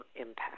impact